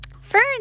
fern